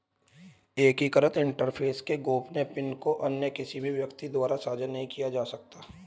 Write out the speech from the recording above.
एकीकृत इंटरफ़ेस के गोपनीय पिन को अन्य किसी भी व्यक्ति द्वारा साझा नहीं किया जा सकता